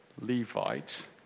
Levite